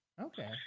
Okay